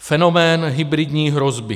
Fenomén hybridní hrozby.